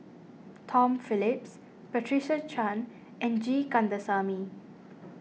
Tom Phillips Patricia Chan and G Kandasamy